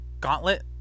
gauntlet